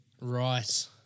Right